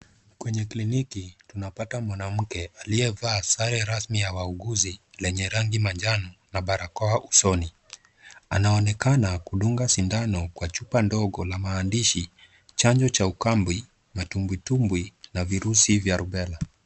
Kwenye kliniki, tunapata mwanamke aliyevaa sare rasmi ya wauguzi, lenye rangi manjano na barakoa usoni. Anaonekana kudunga sindano kwa chupa ndogo la maandishi, chanjo cha ukambi, matumbwitumbwi na virusi vya rubela.